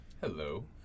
Hello